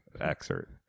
excerpt